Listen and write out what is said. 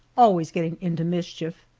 always getting into mischief.